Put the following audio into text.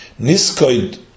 Niskoid